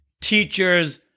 teachers